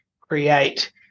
create